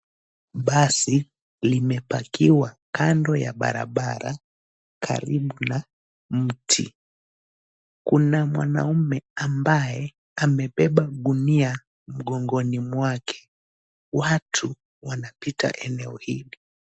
Basi limepakiwa kando ya barabara karibu na mti. Kuna mwanaume ambaye amebeba gunia mgongoni mwake. Watu wanapita eneo hili.